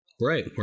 Right